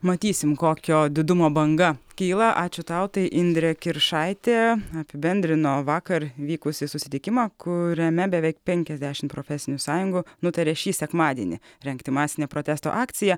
matysim kokio didumo banga kyla ačiū tau tai indrė kiršaitė apibendrino vakar vykusį susitikimą kuriame beveik penkiasdešimt profesinių sąjungų nutarė šį sekmadienį rengti masinę protesto akciją